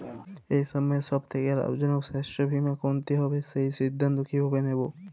এই সময়ের সব থেকে লাভজনক স্বাস্থ্য বীমা কোনটি হবে সেই সিদ্ধান্ত কীভাবে নেব?